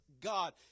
God